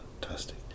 fantastic